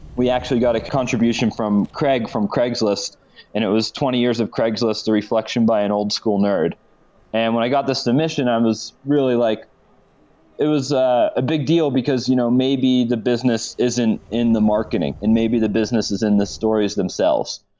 we actually got a contribution from craig from craigslist and it was twenty years of craigslist reflection by an old-school nerd and when i got the submission, i was really like it was a big deal, because you know maybe the business isn't in the marketing and maybe the businesses is in the stories themselves,